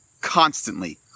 constantly